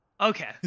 Okay